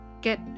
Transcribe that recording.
Get